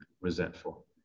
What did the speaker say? resentful